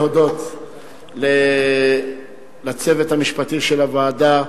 אני רוצה להודות לצוות המשפטי של הוועדה,